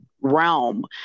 realm